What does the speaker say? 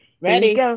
Ready